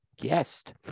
guest